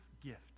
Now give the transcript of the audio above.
gift